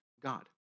God